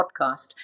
podcast